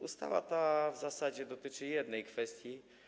Ustawa w zasadzie dotyczy jednej kwestii.